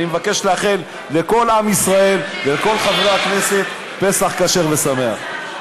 אני מבקש לאחל לכל עם ישראל ולכל חברי הכנסת פסח כשר ושמח.